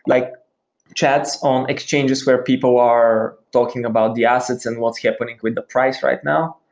like chats on exchanges where people are talking about the assets and what's happening with the price right now.